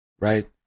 right